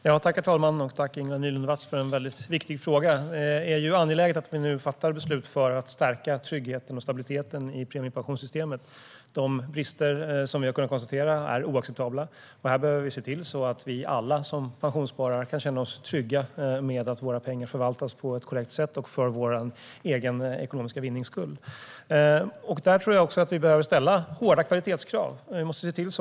Herr talman! Tack, Ingela Nylund Watz, för en mycket viktig fråga! Det är angeläget att vi nu fattar beslut för att stärka tryggheten och stabiliteten i premiepensionssystemet. De brister som har konstaterats är oacceptabla. Vi behöver se över detta så att alla vi som pensionssparar kan känna oss trygga med att våra pengar förvaltas på ett korrekt sätt och för vår egen ekonomiska vinnings skull. Vi behöver ställa hårda kvalitetskrav.